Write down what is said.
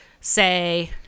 say